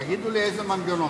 תגידו לי איזה מנגנון.